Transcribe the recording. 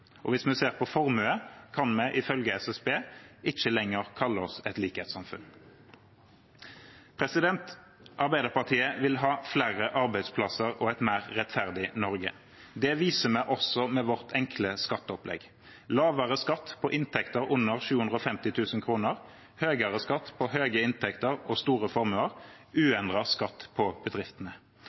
Hvis vi ser på formue, kan vi ifølge SSB ikke lenger kalle oss et likhetssamfunn. Arbeiderpartiet vil ha flere arbeidsplasser og et mer rettferdig Norge. Det viser vi også med vårt enkle skatteopplegg: lavere skatt på inntekter under 750 000 kr, høyere skatt på høye inntekter og store formuer, uendret skatt på bedriftene.